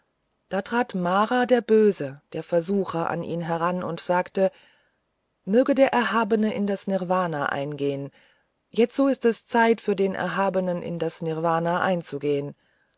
da trat mara der böse der versucher an ihn heran und sagte möge der erhabene in das nirvana eingehen jetzo ist es zeit für den erhabenen in das nirvana einzugehen